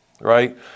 right